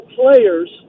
players